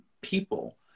people